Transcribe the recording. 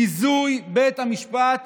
ביזוי בית המשפט.